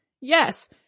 yes